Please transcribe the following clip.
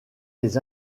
les